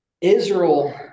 Israel